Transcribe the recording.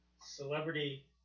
Celebrity